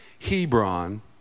Hebron